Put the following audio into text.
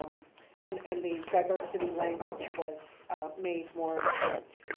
and and the diversity language was made more current.